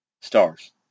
stars